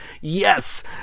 yes